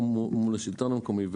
מול השלטון המקומי,